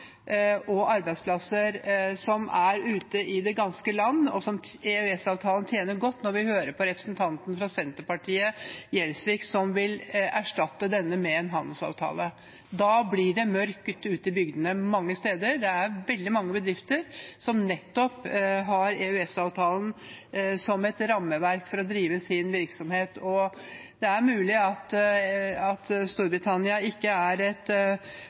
ganske land, og som EØS-avtalen tjener godt – når vi hører representanten Gjelsvik fra Senterpartiet, som vil erstatte denne med en handelsavtale. Da blir det mørkt ute i bygdene mange steder. Det er veldig mange bedrifter som har nettopp EØS-avtalen som rammeverk for å drive sin virksomhet. Det er mulig at Storbritannia ikke er et